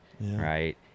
right